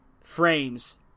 frames